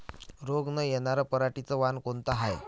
रोग न येनार पराटीचं वान कोनतं हाये?